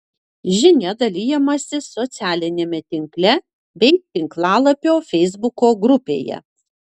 žinia dalijamasi socialiniame tinkle bei tinklalapio feisbuko grupėje